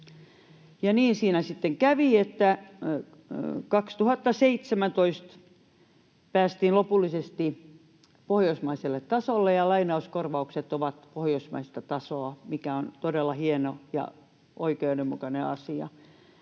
Niin siinä sitten kävi, että 2017 päästiin lopullisesti pohjoismaiselle tasolle ja lainauskorvaukset ovat pohjoismaista tasoa, mikä on todella hieno ja oikeudenmukainen asia.